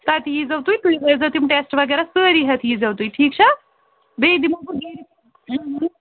تتہِ ییٖزٖیٚو تُہۍ تُہۍ ہٲوزیٚو تِم ٹٮ۪سٹہٕ وغیرہ سٲری ہٮ۪تھ ییٖزیٚو تُہۍ ٹھیٖک چھا بیٚیہِ دِمہو بہٕ گرِ